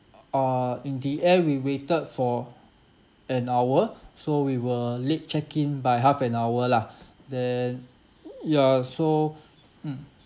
uh in the end we waited for an hour so we were late check in by half an hour lah then ya so mm